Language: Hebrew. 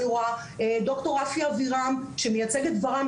ד"ר רפי אבירם שמייצג את ור"מ,